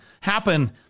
happen